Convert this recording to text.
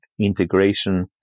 integration